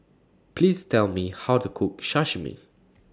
Please Tell Me How to Cook Sashimi